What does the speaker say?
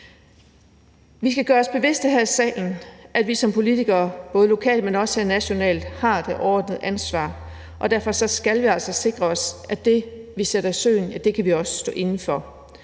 Vi skal være os bevidst her i salen, at vi som politikere, både lokalt, men også nationalt, har det overordnede ansvar, og derfor skal vi altså sikre os, at det, vi sætter i søen, kan vi også stå inde for.